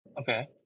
Okay